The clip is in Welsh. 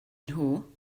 nhw